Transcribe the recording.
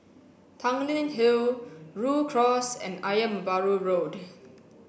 Tanglin Hill Rhu Cross and Ayer Merbau Road